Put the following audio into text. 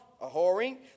a-whoring